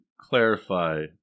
clarify